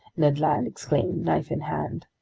ned land exclaimed, knife in hand,